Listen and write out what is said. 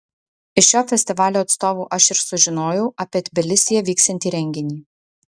iš šio festivalio atstovų aš ir sužinojau apie tbilisyje vyksiantį renginį